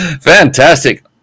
fantastic